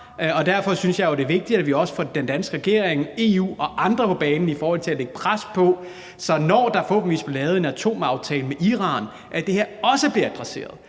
Derfor synes jeg jo, det er vigtigt, at vi også får den danske regering, EU og andre på banen i forhold til at lægge pres på parterne, sådan at det her, når der forhåbentlig bliver indgået en atomaftale med Iran, også bliver adresseret